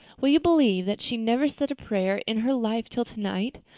will you believe that she never said a prayer in her life till tonight?